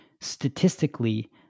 Statistically